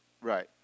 Right